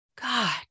God